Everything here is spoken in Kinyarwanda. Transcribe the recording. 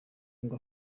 ngo